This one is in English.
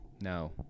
No